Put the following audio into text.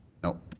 no.